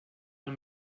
man